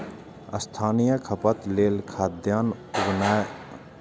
स्थानीय खपत लेल खाद्यान्न उगेनाय उष्णकटिबंधीय खेतीक मूल मे छै